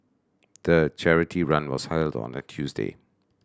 the charity run was held on a Tuesday